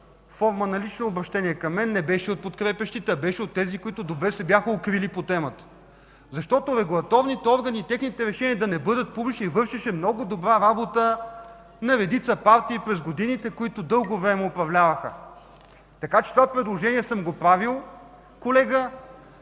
форма на лично обръщение към мен, не беше от подкрепящите, а беше от тези, които добре се бяха укрили по темата. Защото регулаторните органи и техните решения да не бъдат публични вършеше много добра работа на редица партии през годините, които дълго време управляваха. Това предложение съм го правил, колега,